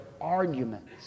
arguments